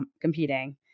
competing